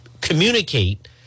communicate